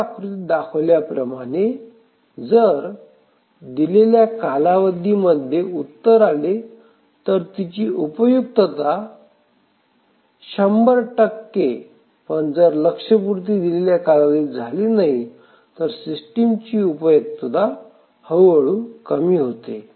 खालील आकृतीमध्ये दाखवल्याप्रमाणे जर दिलेल्या कालावधीमध्ये उत्तर आले तर तिची उपयुक्तता 100 पण जर लक्ष्यपूर्ती दिलेल्या कालावधीत झाली नाही तर सिस्टीम ची उपयुक्तता हळूहळू कमी होते